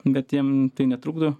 bet jam tai netrukdo